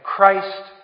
Christ